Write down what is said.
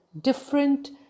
different